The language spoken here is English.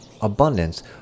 abundance